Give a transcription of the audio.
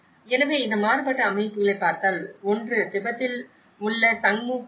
எனவே இந்த மாறுபட்ட அமைப்புகளைப் பார்த்தால் ஒன்று திபெத்தில் உள்ள சங்மு கிராமம்